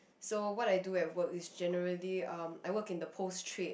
so what I do at work is generally um I work in the post trip